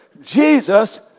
Jesus